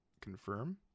confirm